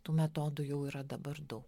tų metodų jau yra dabar daug